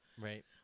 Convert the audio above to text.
Right